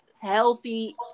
healthy